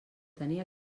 tenir